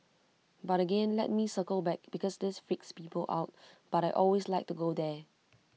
but again let me circle back because this freaks people out but I always like to go there